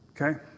Okay